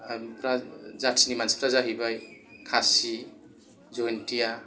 जाथिनि मानसिफोरा जाहैबाय खासि ज'यनतिया